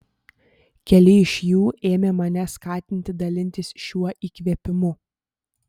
keli iš jų ėmė mane skatinti dalintis šiuo įkvėpimu